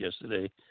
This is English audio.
yesterday